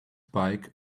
bike